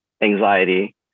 anxiety